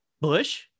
Bush